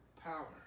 power